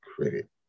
credit